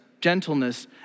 gentleness